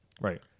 right